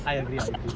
I agree I agree